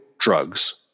drugs